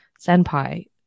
senpai